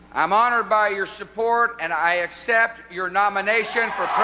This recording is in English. i'm honoured by your support and i accept your nomination for